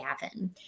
Gavin